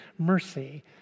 mercy